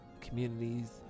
communities